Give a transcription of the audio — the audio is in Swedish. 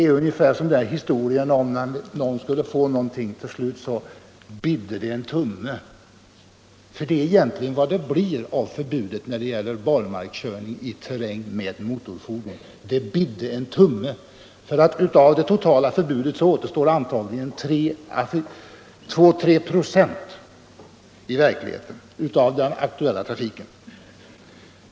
Det påminner om historien om den utlovade kostymen som ”bidde en tumme”. Så är det med förbudet mot körning på barmark i terräng med motorfordon — det bidde en tumme. Av ett totalt förbud mot all trafik kommer i realiteten antagligen att återstå förbud mot endast två å tre procent av trafiken.